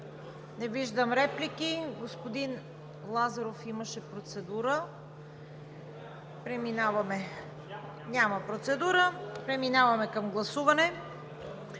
Не виждам. Господин Лазаров имаше процедура? Няма. Преминаваме към гласуване.